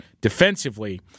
defensively